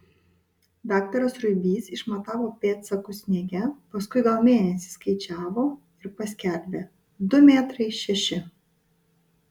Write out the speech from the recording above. daktaras ruibys išmatavo pėdsakus sniege paskui gal mėnesį skaičiavo ir paskelbė du metrai šeši